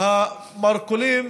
המרכולים